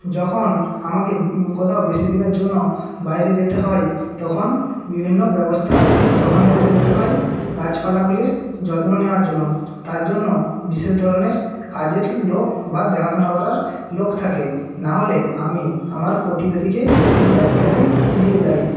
যখন আমাকে কোথাও বেশি দিনের জন্য বাইরে যেতে হয় তখন বিভিন্ন ব্যবস্থা গ্রহণ করে যেতে হয় গাছপালাগুলির যত্ন নেওয়ার জন্য তার জন্য বিশেষ ধরনের কাজের লোক বা দেখাশোনা করার লোক থাকে নাহলে আমি আমার প্রতিবেশীকে এই দায়িত্বটি দিয়ে যাই